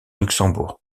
luxembourg